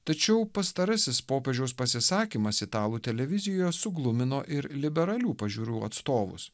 tačiau pastarasis popiežiaus pasisakymas italų televizijoje suglumino ir liberalių pažiūrų atstovus